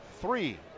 three